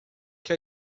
que